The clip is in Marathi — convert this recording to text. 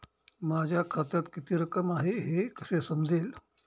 माझ्या खात्यात किती रक्कम आहे हे कसे समजेल?